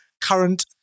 current